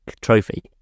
trophy